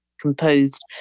composed